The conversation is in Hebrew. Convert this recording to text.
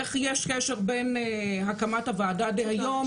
איך יש קשר בין הקמת הוועדה דה היום,